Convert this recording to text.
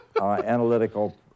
analytical